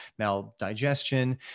maldigestion